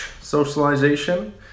socialization